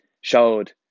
showed